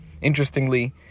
interestingly